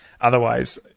Otherwise